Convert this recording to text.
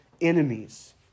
enemies